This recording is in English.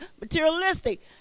materialistic